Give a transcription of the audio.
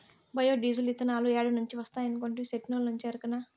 bio diesel, ఇతనాలు ఏడ నుంచి వస్తాయనుకొంటివి, సెట్టుల్నుంచే ఎరకనా